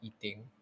eating